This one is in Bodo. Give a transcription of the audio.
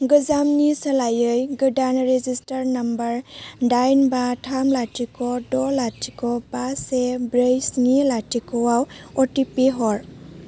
गोजामनि सोलायै गोदान रेजिस्टार्ड नाम्बार दाइन बा थाम लाथिख' द' लाथिख' बा से ब्रै स्नि लाथिख'आव अटिपि हर